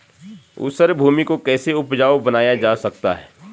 ऊसर भूमि को कैसे उपजाऊ बनाया जा सकता है?